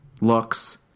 looks